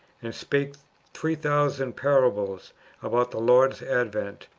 and spake three thousand parables about the lord's advent,